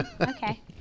Okay